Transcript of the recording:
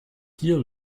hier